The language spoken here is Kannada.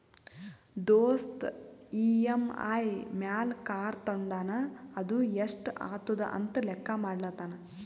ದೋಸ್ತ್ ಇ.ಎಮ್.ಐ ಮ್ಯಾಲ್ ಕಾರ್ ತೊಂಡಾನ ಅದು ಎಸ್ಟ್ ಆತುದ ಅಂತ್ ಲೆಕ್ಕಾ ಮಾಡ್ಲತಾನ್